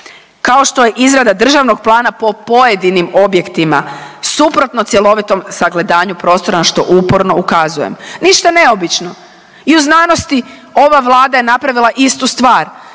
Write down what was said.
kao što je izrada državnog plana po pojedinim objektima, suprotnom cjelovitom sagledavanju prostora, na što uporno ukazujem. Ništa neobično, i u znanosti, ova Vlada je napravila istu stvar.